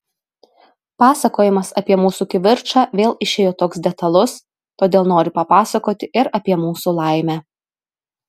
pasakojimas apie mūsų kivirčą vėl išėjo toks detalus todėl noriu papasakoti ir apie mūsų laimę